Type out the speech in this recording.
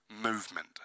movement